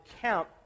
camp